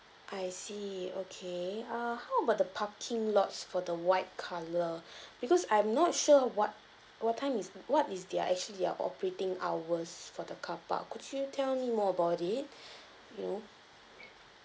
I see okay err how about the parking lots for the white colour because I'm not sure what what time is what is their actually their operating hours for the carpark could you tell me more about it you know